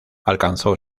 alcanzó